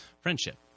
friendship